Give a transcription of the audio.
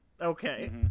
Okay